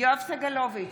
יואב סגלוביץ'